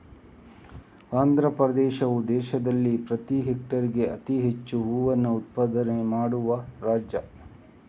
ಆಂಧ್ರಪ್ರದೇಶವು ದೇಶದಲ್ಲಿ ಪ್ರತಿ ಹೆಕ್ಟೇರ್ಗೆ ಅತಿ ಹೆಚ್ಚು ಹೂವನ್ನ ಉತ್ಪಾದನೆ ಮಾಡುವ ರಾಜ್ಯ